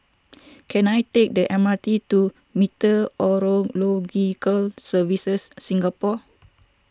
can I take the M R T to Meteorological Services Singapore